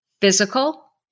physical